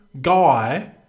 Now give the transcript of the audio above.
guy